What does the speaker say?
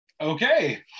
Okay